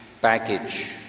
baggage